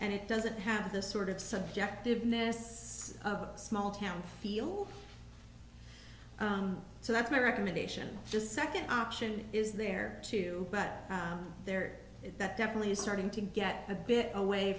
and it doesn't have the sort of subjective nests of small town feel so that's my recommendation just second option is there too but there that definitely is starting to get a bit away